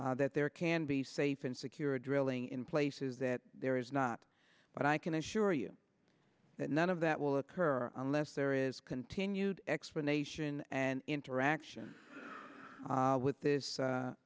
that there can be safe and secure drilling in places that there is not but i can assure you that none of that will occur unless there is continued explanation and interaction with this